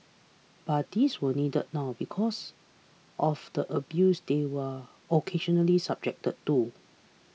but these were needed now because of the abuse they were occasionally subjected to